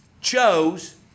chose